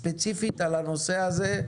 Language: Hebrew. ספציפית על הנושא הזה,